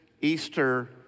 Easter